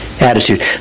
attitude